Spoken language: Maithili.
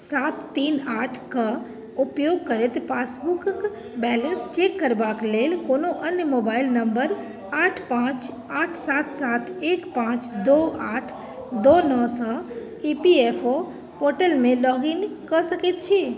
सात तीन आठके उपयोग करैत पासबुक बैलेन्स चेक करबाके लेल कोनो अन्य मोबाइल नम्बर आठ पाँच आठ सात सात एक पाँच दुइ आठ दुइ नओसँ ई पी एफ ओ पोर्टलमे लॉगिन कऽ सकै छी